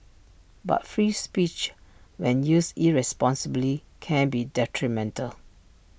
but free speech when used irresponsibly can be detrimental